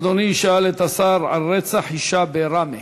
אדוני ישאל את השר על רצח אישה בראמה.